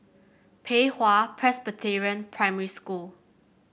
Pei Hwa Presbyterian Primary School